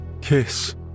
kiss